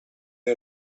dei